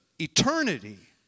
eternity